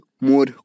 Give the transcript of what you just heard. more